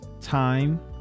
time